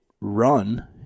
run